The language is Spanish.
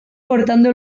cortando